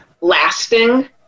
lasting